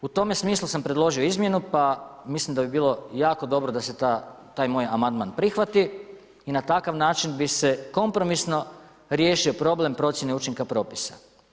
U tome smislu sam predložio izmjenu, pa mislim da bi bilo jako dobro da se taj moj amandman prihvati i na takav način bi se kompromisno riješio problem procjene učinka propisa.